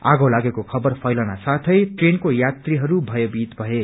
आगो लागेको खबर फैलन साथै ट्रेनको यात्री भयभीत भए